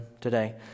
today